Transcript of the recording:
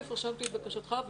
ראשית, רשמתי את בקשתך.